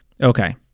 Okay